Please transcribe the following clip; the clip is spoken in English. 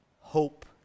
Hope